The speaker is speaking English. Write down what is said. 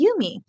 Yumi